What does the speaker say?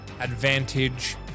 advantage